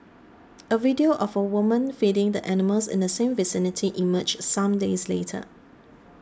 a video of a woman feeding the animals in the same vicinity emerged some days later